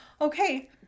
Okay